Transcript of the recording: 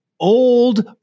old